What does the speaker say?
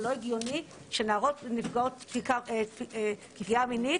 זה לא הגיוני שנערות נפגעות פגיעה מינית